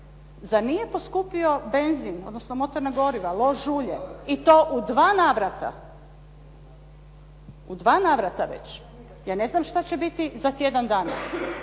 Zar nije poskupio benzin, odnosno motorna goriva, lož ulje i to u dva navrata, u dva navrata već. Ja ne znam što će biti za tjedan dana.